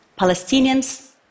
Palestinians